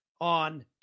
on